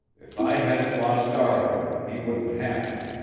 if i hadn't lost arthur, he wouldn't have to.